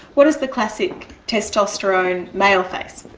what is the classic testosterone male face?